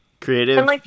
Creative